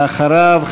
ואחריו,